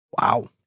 Wow